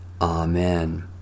Amen